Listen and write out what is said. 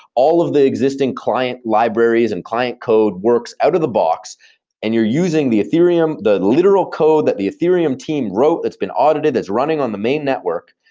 all of the existing client libraries and client code works out-of the-box and you're using the ethereum, the literal code that the ethereum team wrote, that's been audited, that's running on the main network,